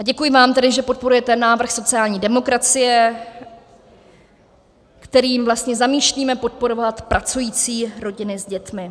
Děkuji vám tedy, že podporujete návrh sociální demokracie, kterým vlastně zamýšlíme podporovat pracující rodiny s dětmi.